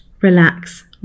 relax